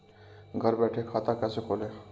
घर बैठे खाता कैसे खोलें?